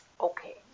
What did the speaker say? Okay